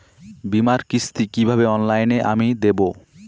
বীমার কিস্তি কিভাবে অনলাইনে আমি দেবো?